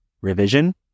revision